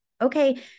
okay